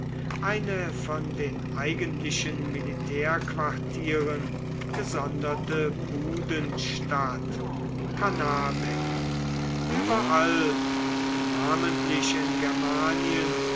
eine von den eigentlichen militärquartieren gesonderte budenstadt canabae überall und namentlich in germanien